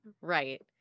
Right